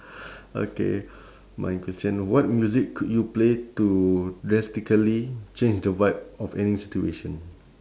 okay my question what music could you play to drastically change the vibe of any situation